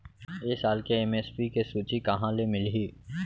ए साल के एम.एस.पी के सूची कहाँ ले मिलही?